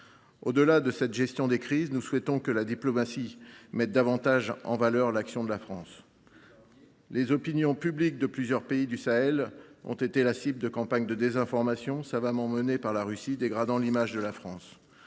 Au delà de la gestion des crises, nous souhaitons que la diplomatie mette davantage en valeur l’action de la France. Les opinions publiques de plusieurs pays du Sahel ont été la cible de campagnes de désinformation, savamment menées par la Russie, qui ont dégradé l’image de la France.